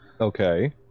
Okay